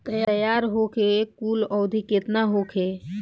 तैयार होखे के कुल अवधि केतना होखे?